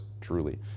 truly